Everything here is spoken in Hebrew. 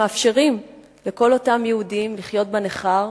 מאפשרים לכל אותם יהודים לחיות בנכר,